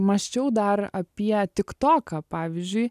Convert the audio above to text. mąsčiau dar apie tik toką pavyzdžiui